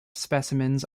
specimens